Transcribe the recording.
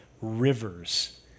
rivers